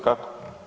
Kako?